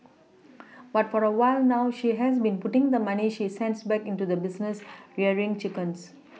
but for a while now she has been putting the money she sends back into the business rearing chickens